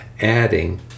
adding